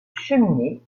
cheminées